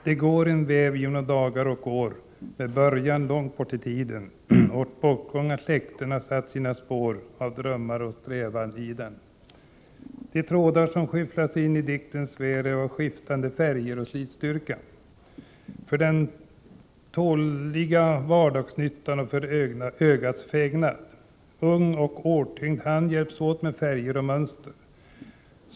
Herr talman! Jag vill inleda mitt anförande med följande dikt: Det går en väv genom dagar och år och bortgångna släkten har satt sina spår av drömmar och strävan i den. De trådar som skyttlas in i diktens väv är av skiftande färg och slitstyrka, för den tåliga vardagsnyttan och för ögats fägnad. Ung och årtyngd hand hjäps åt med färger och mönster.